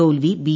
തോൽവി ബി